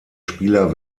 spieler